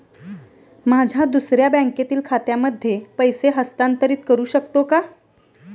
माझ्या दुसऱ्या बँकेतील खात्यामध्ये पैसे हस्तांतरित करू शकतो का?